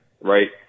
right